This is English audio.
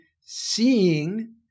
seeing